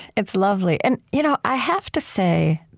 it's lovely. and you know i have to say,